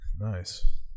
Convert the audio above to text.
Nice